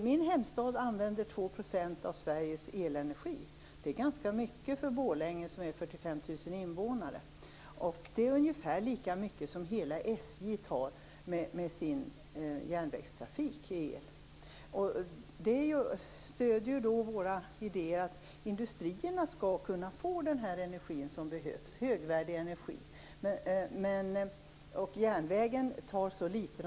Min hemstad använder 2 % av Sveriges elenergi. Det är ganska mycket för Borlänge som har 45 000 invånare. Det är ungefär lika mycket som hela SJ använder till sin järnvägstrafik. Det stöder våra idéer att industrierna skall kunna få den högvärdiga energi som behövs. Järnvägen behöver så litet.